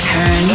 Turn